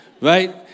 right